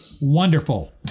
Wonderful